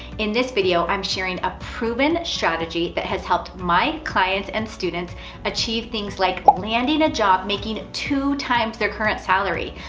in this video, i'm sharing a proven strategy that has helped my clients and students achieve things like landing a job making two times their current salary,